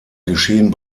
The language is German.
geschehen